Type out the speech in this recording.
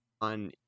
on